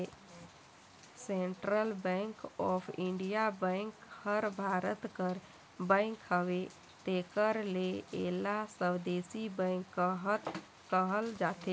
central bank of India bank हर भारत कर bank हवे तेकर ले एला स्वदेसी बेंक कहल जाथे